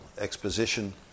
exposition